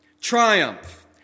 triumph